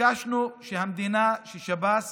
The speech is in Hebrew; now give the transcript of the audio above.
ביקשנו ששב"ס